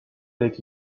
avec